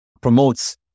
promotes